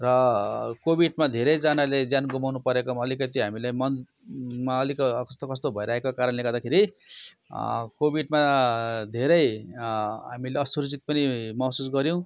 र कोभिडमा धेरैजनाले ज्यान गुमाउनु परेकोमा अलिकति हामीलाई मन मा अलिक कस्तो कस्तो भइरहेको कारणले गर्दाखेरि कोभिडमा धेरै हामीले असुरक्षित पनि महसुस गऱ्यो